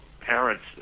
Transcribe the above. parents